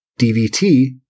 DVT